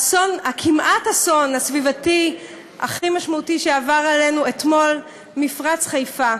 הכמעט-אסון הסביבתי הכי משמעותי שעבר עלינו אתמול: מפרץ חיפה.